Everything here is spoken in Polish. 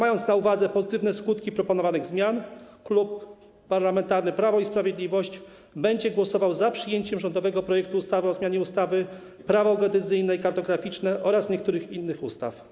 Mając na uwadze pozytywne skutki proponowanych zmian, Klub Parlamentarny Prawo i Sprawiedliwość będzie głosował za przyjęciem rządowego projektu ustawy o zmianie ustawy - Prawo geodezyjne i kartograficzne oraz niektórych innych ustaw.